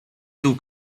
tył